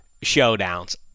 showdowns